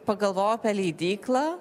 pagalvojau apie leidyklą